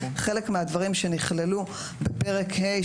חלק מהדברים שנכללו בפרק ה',